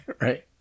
Right